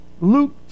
Luke